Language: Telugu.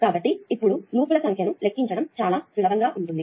కాబట్టి ఇప్పుడు లూప్ ల సంఖ్యను లెక్కించడం చాలా సులభంగా ఉంటుంది